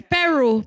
Peru